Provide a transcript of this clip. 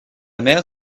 mère